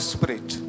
Spirit